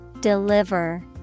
Deliver